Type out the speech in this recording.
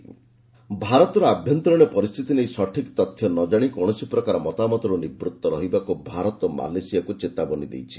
CAA Malaysia ଭାରତର ଆଭ୍ୟନ୍ତରୀଣ ପରିସ୍ଥିତି ନେଇ ସଠିକ୍ ତଥ୍ୟ ନ ଜାଶି କୌଣସି ପ୍ରକାର ମତାମତରୁ ନିବୃତ୍ତ ରହିବାକୁ ଭାରତ ମାଲେସିଆକୁ ଚେତାବନୀ ଦେଇଛି